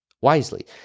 wisely